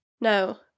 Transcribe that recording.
No